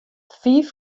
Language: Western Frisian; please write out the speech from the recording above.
fiif